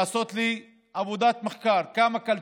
לעשות לי עבודת מחקר: כמה קלטו,